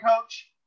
Coach